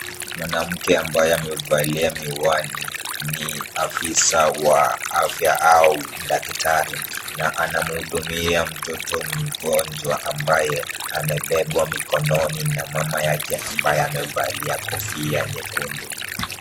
Mwanamke ambaye amevalia miwani ni afisa wa afya au daktari na anamhudumia mtoto mgonjwa ambaye amebebwa mikononi na mama yake ambaye amevalia kofia nyekundu.